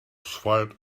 swayed